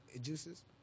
juices